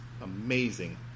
amazing